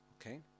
Okay